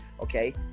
Okay